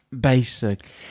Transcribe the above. basic